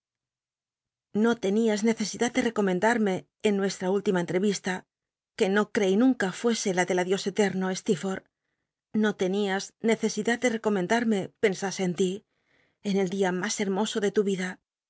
no tenias necesidad de recomendarme en nucs trn última enhe isla que no creí nunca fuese la del ndios etel'llo stee forth no tenias neccsidnd de ecomenda me pensase en ti en el día mas hermoso de tu ida